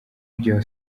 byo